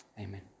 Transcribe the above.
Amen